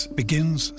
begins